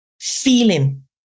feeling